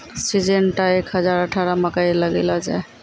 Syngenta एक हजार अठारह मकई लगैलो जाय?